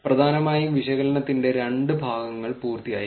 പ്രധാനമായും വിശകലനത്തിന്റെ രണ്ട് ഭാഗങ്ങൾ പൂർത്തിയായി